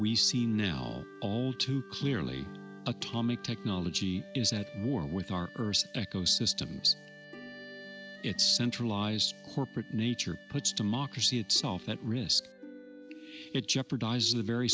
we see now all too clearly atomic technology is at war with our eco systems it's centralized corporate nature puts democracy itself at risk it jeopardizes the very